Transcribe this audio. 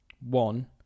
one